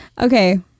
Okay